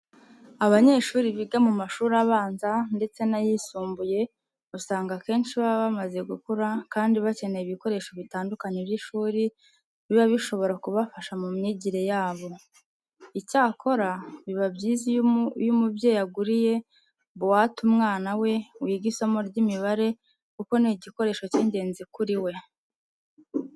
Abanyeshuri biga mu mashuri abanza ndetse n'ayisumbuye usanga akenshi baba bamaze gukura kandi bakeneye ibikoresho bitandukanye by'ishuri biba bishobora kubafasha mu myigire yabo. Icyakora biba byiza iyo umubyeyi aguriye buwate umwana we wiga isomo ry'imibare kuko ni igikoresho cy'ingenzi kuri we.